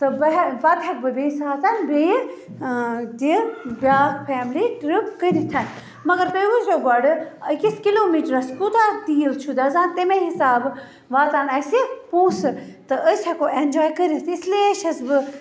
تہٕ بہٕ ہیٚکہٕ پَتہٕ ہیٚکہٕ بہٕ بیٚیہِ ساتہٕ بیٚیہِ تہِ بیٛاکھ فیملی ٹرٛپ کٔرِتھ مگر تُہۍ وُچھ زیٚو گۄڈٕ أکِس کِلو میٖٹرَس کوتاہ تیٖل چھُ دَزان تَمے حِساب واتَن اَسہِ پۅنٛسہٕ تہٕ أسۍ ہیٚکو ایٚنجاے کٔرِتھ اِسلیے چھَس بہٕ